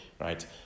right